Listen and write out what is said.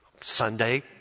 Sunday